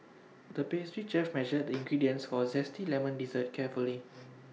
the pastry chef measured the ingredients for A Zesty Lemon Dessert carefully